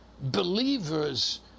believers